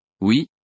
Oui